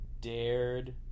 dared